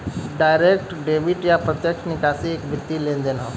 direct debit या प्रत्यक्ष निकासी एक वित्तीय लेनदेन हौ